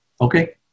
Okay